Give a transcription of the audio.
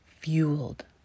fueled